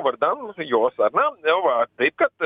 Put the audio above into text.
vardan jos ar ne nu va taip kad